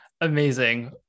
Amazing